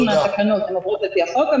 אם התקנות יעברו לפי החוק,